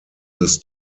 this